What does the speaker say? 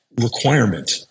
requirement